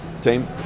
Team